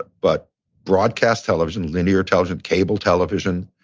but broadcast television, linear television, cable television,